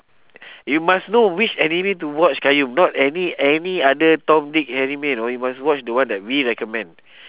you must know which anime to watch qayyum not any any other tom dick anime right you must watch the one that we recommend